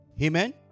Amen